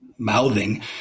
mouthing